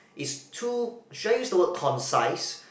is too shall I use the word concise